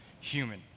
human